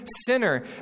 sinner